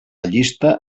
llista